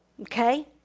Okay